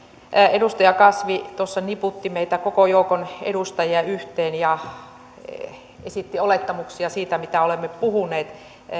edustaja kasvi niputti meitä koko joukon edustajia yhteen ja esitti olettamuksia siitä mitä olemme puhuneet